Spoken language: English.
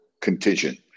contingent